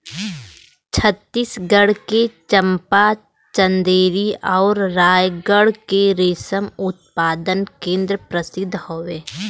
छतीसगढ़ के चंपा, चंदेरी आउर रायगढ़ के रेशम उत्पादन केंद्र प्रसिद्ध हौ